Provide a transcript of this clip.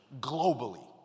globally